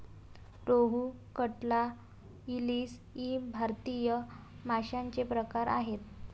रोहू, कटला, इलीस इ भारतीय माशांचे प्रकार आहेत